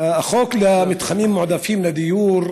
החוק למתחמים מועדפים לדיור,